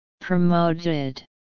promoted